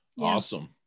Awesome